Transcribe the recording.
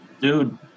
dude